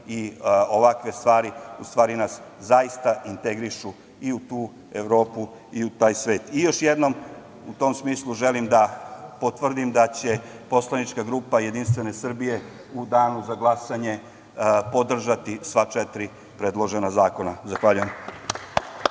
i ovakve stvari u stvari nas zaista integrišu i u tu Evropu i u taj svet. Još jednom, u tom smislu, želim da potvrdim da će poslanička grupa JS u danu za glasanje podržati sva četiri predložena zakona. Zahvaljujem.